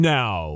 now